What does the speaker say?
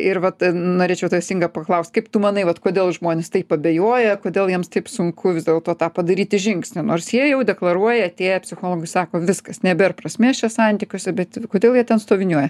ir vat norėčiau tavęs inga paklaust kaip tu manai vat kodėl žmonės taip abejoja kodėl jiems taip sunku vis dėlto tą padaryti žingsnį nors jie jau deklaruoja atėję psichologui sako viskas nebėr prasmės čia santykiuose bet kodėl jie ten stoviniuoja